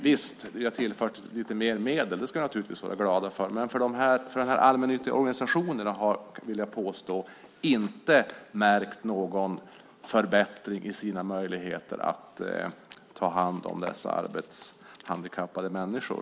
Visst, det har tillförts lite mer medel, och det ska vi naturligtvis vara glada för, men de allmännyttiga organisationerna har, vill jag påstå, inte märkt någon förbättring i sina möjligheter att ta hand om dessa arbetshandikappade människor.